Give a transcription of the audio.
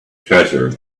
treasure